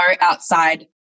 outside